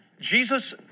Jesus